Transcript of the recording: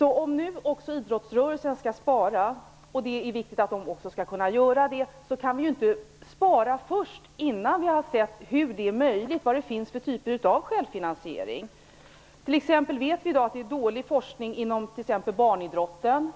Om nu också idrottsrörelsen skall spara - och det är viktigt att också den skall kunna göra det - kan man inte spara innan man sett vad det finns för möjligheter till självfinansiering. Vi vet t.ex. i dag att det är dåligt med forskning inom barnidrotten.